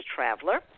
Traveler